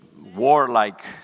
warlike